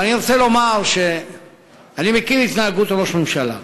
אבל אני רוצה לומר שאני מכיר התנהגות ראש ממשלה,